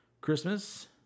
Christmas